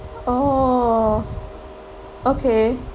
orh okay